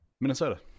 Minnesota